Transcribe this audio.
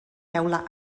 teula